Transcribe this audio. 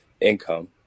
income